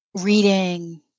reading